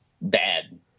bad